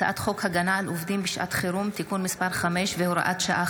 הצעת חוק הגנה על עובדים בשעת חירום (תיקון מס' 5 והוראת שעה,